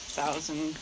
thousand